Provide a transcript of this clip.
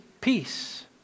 peace